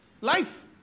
life